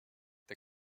der